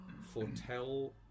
foretell